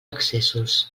accessos